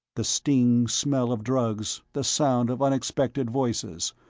the sting-smell of drugs, the sound of unexpected voices,